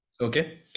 Okay